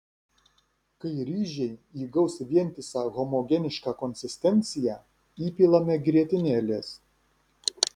kai ryžiai įgaus vientisą homogenišką konsistenciją įpilame grietinėlės